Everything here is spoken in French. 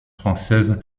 française